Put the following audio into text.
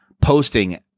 posting